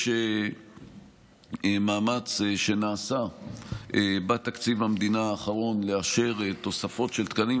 יש מאמץ שנעשה בתקציב המדינה האחרון לאשר תוספות של תקנים.